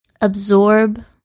absorb